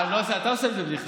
אתה עושה מזה בדיחה.